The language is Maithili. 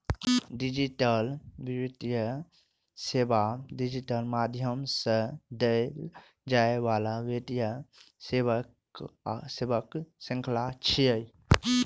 डिजिटल वित्तीय सेवा डिजिटल माध्यम सं देल जाइ बला वित्तीय सेवाक शृंखला छियै